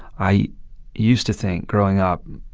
i used to think, growing up,